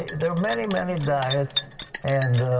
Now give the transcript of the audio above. there are many, many diets and